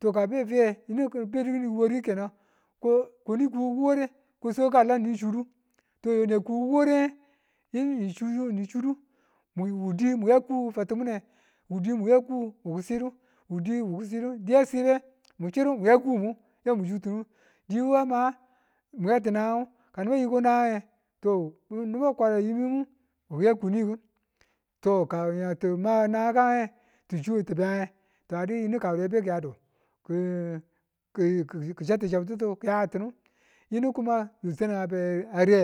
To kabe fiye yinuki̱ bedu ki̱ni ware kenan ko- koli ko ware ko swagugu a lam ni sudu to yona ku ware yinu ni chudu ni chudu wudi muya ku fatimune wudi muyaku wu ki̱sidu wudi wu ki̱sidu di a sibe mun chiru mu ya kumo ya mu churtunu di wu a ma mu ya ti̱ nangangu, ka ni̱bu a yiki nagange, to niba kwara yimmu chiya kuni ki̱n to katima nangang kan nge to ari kawure beki yadu ki chattu chabtititu ki̱n yayatunu kenan yo sannan ngu a be ariye